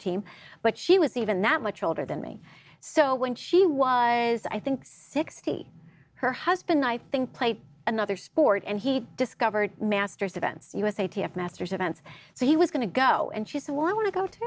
team but she was even that much older than me so when she was i think sixty her husband i think played another sport and he discovered masters events usa t f masters events so he was going to go and she said well i want to go to